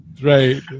Right